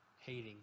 hating